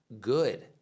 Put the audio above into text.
good